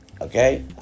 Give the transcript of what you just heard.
Okay